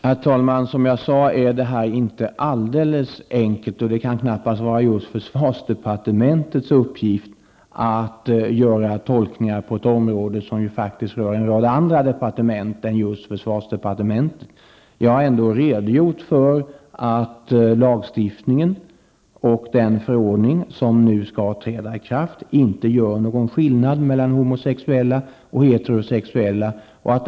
Herr talman! Som jag sade är detta inte alldeles enkelt. Det kan knappast vara försvarsdepartementets uppgift att göra tolkningar på ett område som ju rör en hel del andra departement än just försvarsdepartementet. Jag har ändå upplyst om att lagstiftningen och den förordning som nu skall träda i kraft inte gör någon skillnad mellan homosexuella förhållanden och heterosexuella förhållanden.